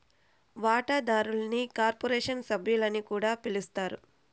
వాటాదారుల్ని కార్పొరేషన్ సభ్యులని కూడా పిలస్తారు